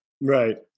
Right